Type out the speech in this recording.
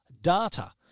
data